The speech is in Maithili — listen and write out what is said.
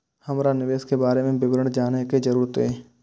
हमरा निवेश के बारे में विवरण जानय के जरुरत ये?